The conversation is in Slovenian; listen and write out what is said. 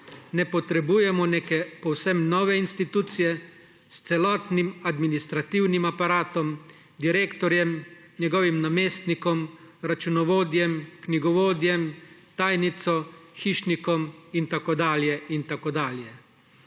Ne potrebujemo neke povsem nove institucije s celotnim administrativnim aparatom, direktorjem, njegovim namestnikom, računovodjem, knjigovodjem, tajnico, hišnikom in tako dalje